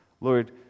Lord